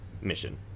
mission